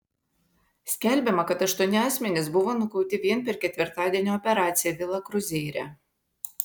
skelbiama kad aštuoni asmenys buvo nukauti vien per ketvirtadienio operaciją vila kruzeire